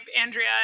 Andrea